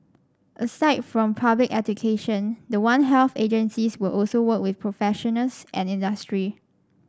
aside from public education the one health agencies will also work with professionals and industry